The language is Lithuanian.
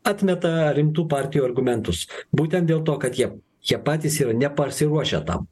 atmeta rimtų partijų argumentus būtent dėl to kad jiem jie patys yra nepasiruošę tam